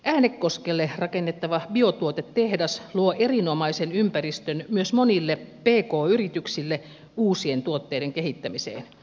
äänekoskelle rakennettava biotuotetehdas luo erinomaisen ympäristön myös monille pk yrityksille uusien tuotteiden kehittämiseen